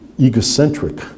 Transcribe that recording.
egocentric